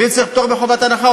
אם צריך פטור מחובת הנחה,